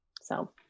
So-